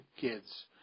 kids